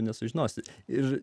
nesužinosi ir